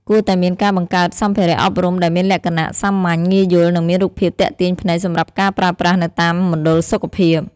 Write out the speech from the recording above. គួរតែមានការបង្កើតសម្ភារអប់រំដែលមានលក្ខណៈសាមញ្ញ ងាយយល់ និងមានរូបភាពទាក់ទាញភ្នែកសម្រាប់ការប្រើប្រាស់នៅតាមមណ្ឌលសុខភាព។